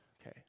Okay